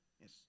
Yes